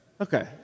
Okay